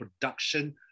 production